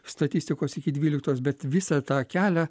statistikos iki dvyliktos bet visą tą kelią